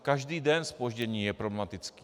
Každý den zpoždění je problematický.